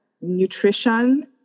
nutrition